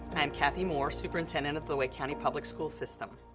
i'm cathy moore, superintendent of the wake county public school system.